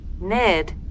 Ned